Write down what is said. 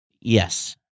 Yes